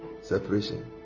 Separation